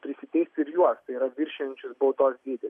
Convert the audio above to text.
prisiteisti ir juos tai yra viršijančius baudos dydį